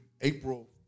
April